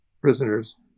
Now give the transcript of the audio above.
prisoners